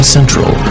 Central